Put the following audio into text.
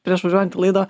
prieš važiuojant į laidą